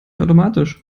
automatisch